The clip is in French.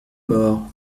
mort